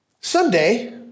Someday